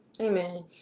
Amen